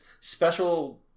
special